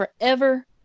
forever